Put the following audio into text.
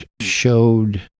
showed